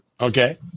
Okay